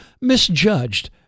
misjudged